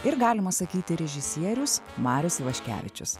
ir galima sakyti režisierius marius ivaškevičius